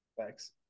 thanks